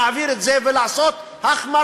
להעביר את זה ולעשות החמרה.